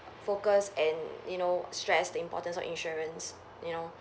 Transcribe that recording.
focused and you know stressed the importance of insurance you know